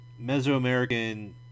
Mesoamerican